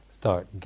start